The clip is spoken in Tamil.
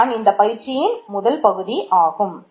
இதுதான் இந்த பயிற்சியின் முதல் பகுதி ஆகும்